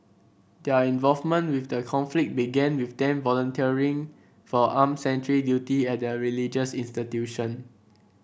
their involvement with the conflict began with them volunteering for armed sentry duty at the religious institution